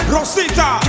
Rosita